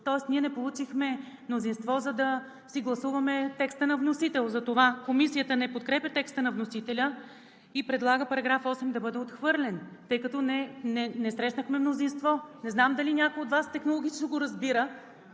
Тоест ние не получихме мнозинство, за да си гласуваме текста на вносител, затова Комисията не подкрепя текста на вносителя и предлага § 8 да бъде отхвърлен, тъй като не срещнахме мнозинство. Не знам дали някой от Вас технологично го разбира,